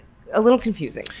a little confusing.